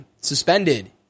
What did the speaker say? suspended